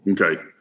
Okay